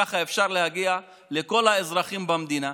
ככה אפשר להגיע לכל האזרחים במדינה.